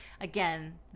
again